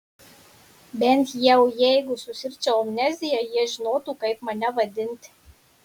bent jau jeigu susirgčiau amnezija jie žinotų kaip mane vadinti